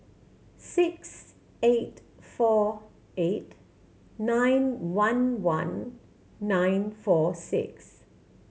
six eight four eight nine one one nine four six